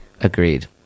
Agreed